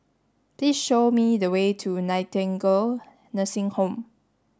please show me the way to Nightingale Nursing Home